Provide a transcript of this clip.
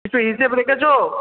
কিছু হিসেব রেখেছো